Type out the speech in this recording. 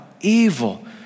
evil